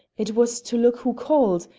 it was to look who called,